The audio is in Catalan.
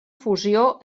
fusió